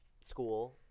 school